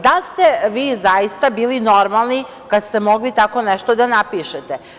Da li ste vi zaista bili normalni kad ste mogli tako nešto da napišete?